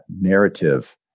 narrative